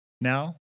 Now